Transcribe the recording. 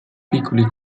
piccoli